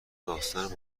داستان